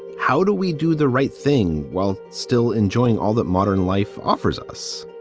how do we do the right thing while still enjoying all that modern life offers us?